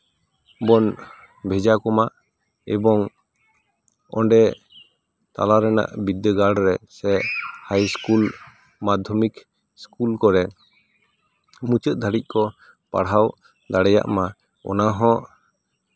ᱵᱚᱱ ᱵᱷᱮᱡᱟ ᱠᱚᱢᱟ ᱮᱵᱚᱝ ᱚᱸᱰᱮ ᱛᱟᱞᱟ ᱨᱮᱱᱟᱜ ᱵᱤᱫᱽᱫᱟᱹᱜᱟᱲ ᱨᱮ ᱥᱮ ᱦᱟᱭ ᱤᱥᱠᱩᱞ ᱢᱟᱫᱽᱫᱷᱚᱢᱤᱠ ᱤᱥᱠᱩᱞ ᱠᱚᱨᱮ ᱢᱩᱪᱟᱹᱫ ᱫᱷᱟᱹᱨᱤᱡ ᱠᱚ ᱯᱟᱲᱦᱟᱣ ᱫᱟᱲᱮᱭᱟᱜ ᱢᱟ ᱚᱱᱟ ᱦᱚᱸ